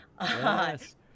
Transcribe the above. Yes